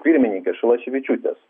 pirmininkės šalaševičiūtės